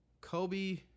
kobe